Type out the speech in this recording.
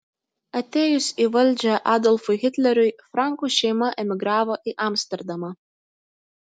atėjus į valdžią adolfui hitleriui frankų šeima emigravo į amsterdamą